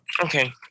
Okay